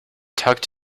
tucked